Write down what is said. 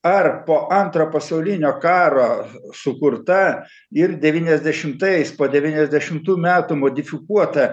ar po antro pasaulinio karo sukurta ir devyniasdešimtais po devyniasdešimtų metų modifikuota